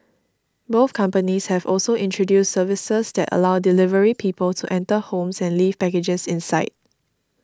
both companies have also introduced services that allow delivery people to enter homes and leave packages inside